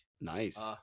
Nice